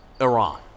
Iran